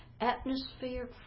atmosphere